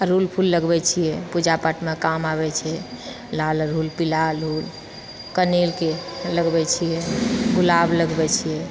अड़हुल फूल लगबैछिए पूजापाठमे काम आबैछेै लाल अड़हुल पीला अड़हुल कनैलके लगबैछिए गुलाब लगबैछिए